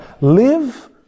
Live